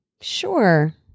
Sure